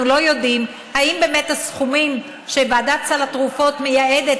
אנחנו לא יודעים אם הסכומים שוועדת סל התרופות מייעדת